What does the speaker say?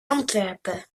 antwerpen